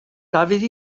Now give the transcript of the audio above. dafydd